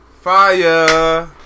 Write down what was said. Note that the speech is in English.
Fire